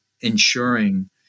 ensuring